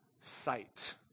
sight